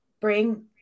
bring